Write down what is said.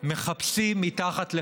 מחפשים מתחת,